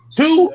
two